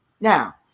Now